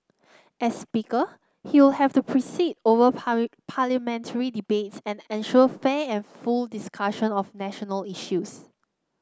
as speaker he will have to preside over Parliamentary debates and ensure fair and full discussion of national issues